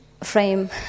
frame